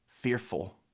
fearful